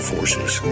Forces